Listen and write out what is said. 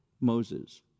Moses